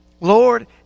Lord